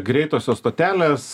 greitosios stotelės